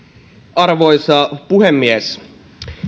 arvoisa puhemies